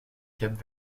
cap